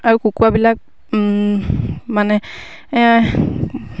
আৰু কুকুৰাবিলাক মানে এই